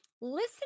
listen